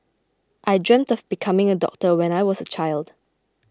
I dreamt of becoming a doctor when I was a child